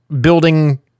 building